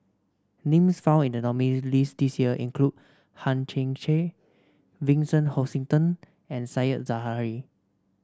names found in the nominees' list this year include Hang Chang Chieh Vincent Hoisington and Said Zahari